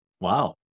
Wow